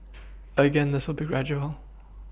again this will be gradual